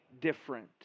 different